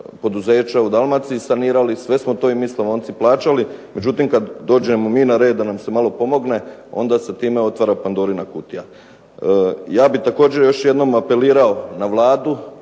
poduzeća u Dalmaciji sanirali. Sve smo to i mi Slavonci plaćali. Međutim, kad dođemo mi na red da nam se malo pomogne onda se time otvara Pandorina kutija. Ja bih također još jednom apelirao na Vladu,